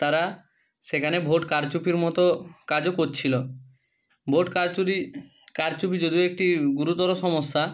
তারা সেখানে ভোট কারচুপির মতো কাজও করছিলো ভোট কারচুরি কারচুপি যেহেতু একটি গুরুতর সমস্যা